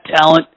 talent